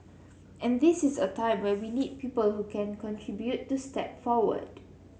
and this is a time when we need people who can contribute to step forward